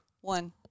One